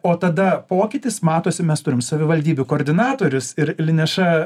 o tada pokytis matosi mes turim savivaldybių koordinatorius ir lineša